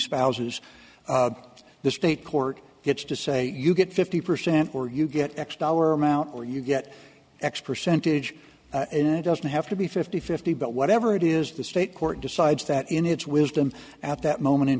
spouses the state court gets to say you get fifty percent or you get x dollar amount or you get x percentage and i doesn't have to be fifty fifty but whatever it is the state court decides that in its wisdom at that moment in